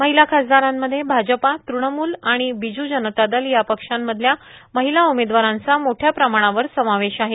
महिला खासदारांमध्ये आजपा तृणम्ल आणि बीजू जनता दल या पक्षांमधल्या महिला उमेदवारांचा मोठया प्रमाणावर समावेश आहे